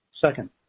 Second